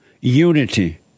unity